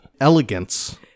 elegance